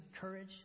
courage